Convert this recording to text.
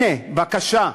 הנה, בבקשה,